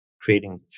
creating